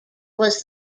was